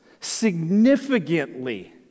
significantly